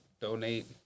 Donate